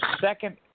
second